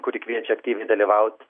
kuri kviečia aktyviai dalyvaut